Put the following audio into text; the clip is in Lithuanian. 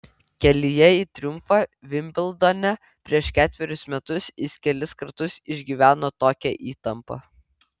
kelyje į triumfą vimbldone prieš ketverius metus jis kelis kartus išgyveno tokią įtampą